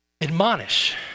Admonish